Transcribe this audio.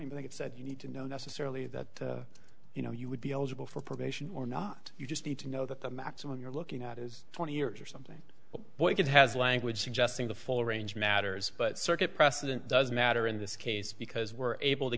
i think it said you need to know necessarily that you know you would be eligible for probation or not you just need to know that the maximum you're looking at is twenty years or something but boy that has language suggesting the full range matters but circuit precedent does matter in this case because we're able to